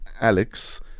Alex